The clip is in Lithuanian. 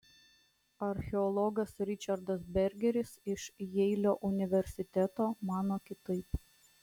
archeologas ričardas bergeris iš jeilio universiteto mano kitaip